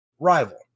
Rival